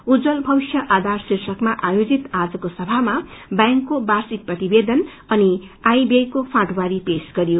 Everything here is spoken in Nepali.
उज्जवल भविष्य आधार श्रीर्षकमा आयोजित आज्वो सभामा बैक्स्रो वार्षिक प्रतिवेदन अनि आयव्यको फ्रँटवारी पेश गरियो